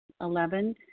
Eleven